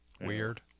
Weird